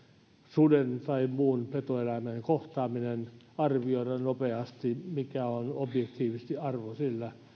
suden tai muun petoeläimen kohtaaminen arvioida nopeasti mikä on objektiivisesti arvo sillä